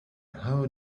how